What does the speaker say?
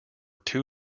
two